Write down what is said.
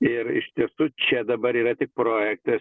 ir iš tiesų čia dabar yra tik projektas